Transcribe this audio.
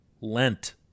lent